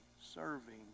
serving